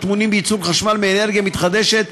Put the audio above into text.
הטמונים בייצור חשמל מאנרגיה מתחדשת,